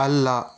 ಅಲ್ಲ